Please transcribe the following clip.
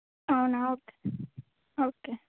అవునా okay okay